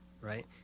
Right